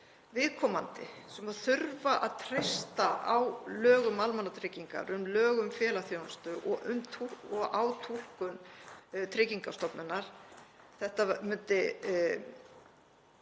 viðkomandi sem þurfa að treysta á lög um almannatryggingar, lög um félagsþjónustu og á túlkun Tryggingastofnunar. Þetta myndi